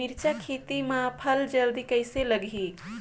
मिरचा खेती मां फल जल्दी कइसे लगही?